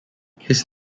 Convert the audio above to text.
his